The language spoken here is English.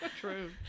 true